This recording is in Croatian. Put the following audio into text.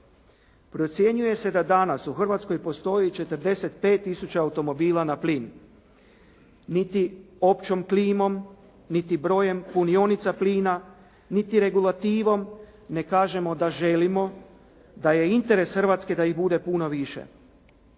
Procjenjuje se da danas u Hrvatskoj postoji 45 tisuća automobila na plin. Niti općom klimom niti brojem punioca plina, niti regulativnom ne kažemo da želimo, da je interes Hrvatske da ih bude puno više.